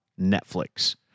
Netflix